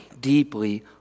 deeply